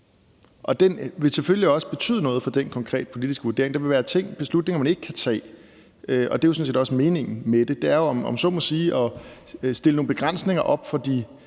Den vil selvfølgelig også betyde noget for den konkrete politiske vurdering. Der vil være beslutninger, man ikke kan tage. Det er sådan set også meningen med det. Meningen med det er jo, om jeg så må sige, at stille nogle begrænsninger op for de